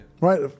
right